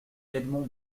edmond